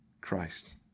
Christ